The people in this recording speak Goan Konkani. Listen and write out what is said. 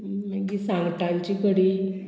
मागीर सांगटांची कडी